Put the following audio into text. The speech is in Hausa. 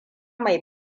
mai